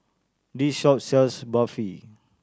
this shop sells Barfi